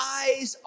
eyes